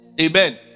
Amen